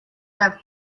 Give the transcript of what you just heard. time